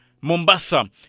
Mombasa